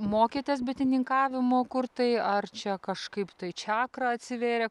mokėtės bitininkavimo kur tai ar čia kažkaip tai čakra atsivėrė